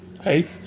Hey